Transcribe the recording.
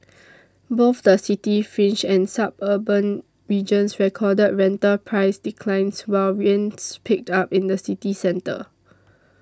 both the city fringe and suburban regions recorded rental price declines while rents picked up in the city centre